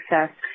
success